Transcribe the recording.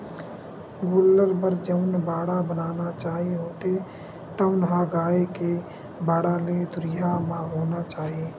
गोल्लर बर जउन बाड़ा बनाना चाही होथे तउन ह गाय के बाड़ा ले दुरिहा म होना चाही